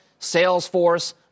Salesforce